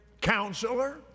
counselor